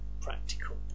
practical